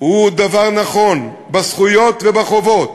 הוא דבר נכון, בזכויות ובחובות.